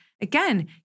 again